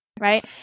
right